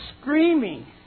screaming